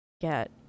Get